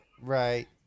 Right